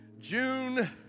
June